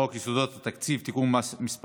חוק יסודות התקציב (תיקון מס'